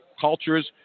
cultures